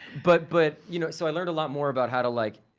but but you know, so i learned a lot more about how to like,